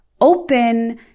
open